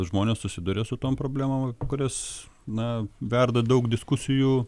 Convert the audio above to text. žmonės susiduria su tom problemom kurias na verda daug diskusijų